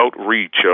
outreach